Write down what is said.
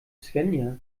svenja